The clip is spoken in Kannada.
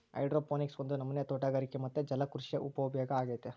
ಹೈಡ್ರೋಪೋನಿಕ್ಸ್ ಒಂದು ನಮನೆ ತೋಟಗಾರಿಕೆ ಮತ್ತೆ ಜಲಕೃಷಿಯ ಉಪವಿಭಾಗ ಅಗೈತೆ